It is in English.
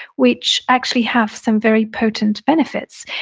which actually have some very potent benefits.